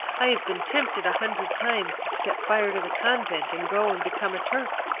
i have been tempted a hundred times to set fire to the convent, and go and become a turk.